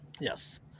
yes